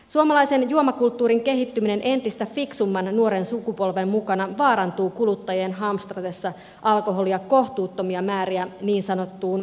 suomalaisen juomakulttuurin kehittyminen entistä fiksumman nuoren sukupolven mukana vaarantuu kuluttajien hamstratessa alkoholia kohtuuttomia määriä niin sanottuun omaan käyttöön